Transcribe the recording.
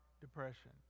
depression